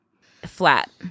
flat